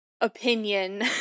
opinion